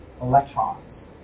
electrons